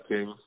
King